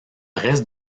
reste